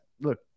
Look